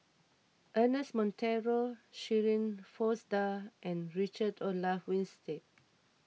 Ernest Monteiro Shirin Fozdar and Richard Olaf Winstedt